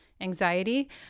anxiety